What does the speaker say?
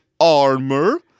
armor